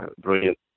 Brilliant